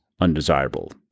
undesirable